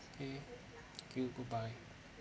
okay thank you goodbye